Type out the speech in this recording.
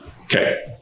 Okay